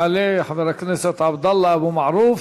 יעלה חבר הכנסת עבדאללה אבו מערוף,